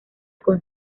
con